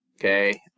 Okay